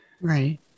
right